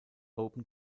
open